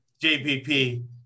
JPP